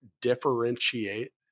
differentiate